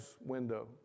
window